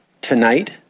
tonight